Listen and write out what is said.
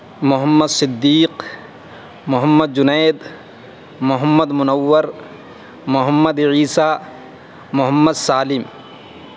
Muhammad Siddiq Muhammad Junaid Muhammad Munawwar Muhammad Isa Muhammad Salim